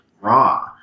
raw